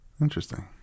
Interesting